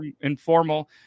informal